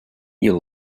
you